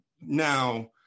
Now